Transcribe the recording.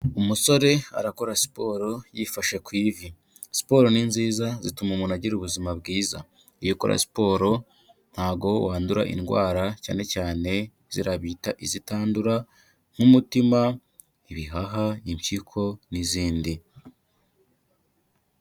Umusore arakora siporo yifashe ku ivi. Siporo ni nziza zituma umuntu agira ubuzima bwiza. Iyo ukora siporo ntabwo wandura indwara cyane cyane ziriya bita izitandura nk'umutima, ibihaha, impyiko n'izindi.